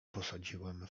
posadziłem